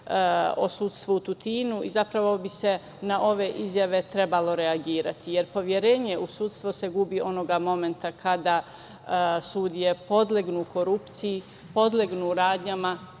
o sudstvu u Tutinu i zapravo bi se na ove izjave trebalo reagovati, jer poverenje u sudstvo se gubi onog momenta kada sudije podlegnu korupciji, podlegnu radnjama